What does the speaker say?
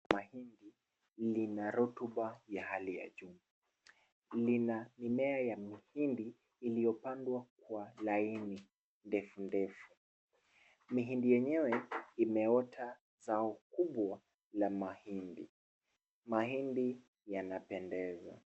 Shamba la mahindi lina rotuba ya hali ya juu. Lina mimea ya mihindi iliyopandwa kwa laini ndefu ndefu. Mihindi yenyewe imeota zao kubwa la mahindi. Mahindi yanapendeza.